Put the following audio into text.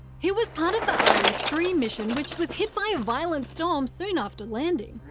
he was part of the ares three mission, which was hit by a violent storm soon after landing.